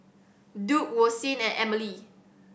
Duke Roseann and Emely